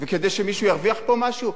שמישהו ירוויח פה משהו?